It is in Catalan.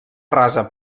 rasa